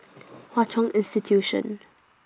Hwa Chong Institution